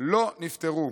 לא נפתרו.